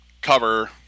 cover